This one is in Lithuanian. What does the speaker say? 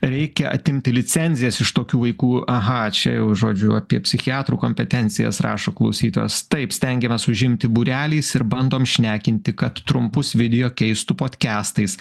reikia atimti licenzijas iš tokių vaikų aha čia jau žodžiu apie psichiatrų kompetencijas rašo klausytojas taip stengiamės užimti būreliais ir bandom šnekinti kad trumpus video keistų podkastais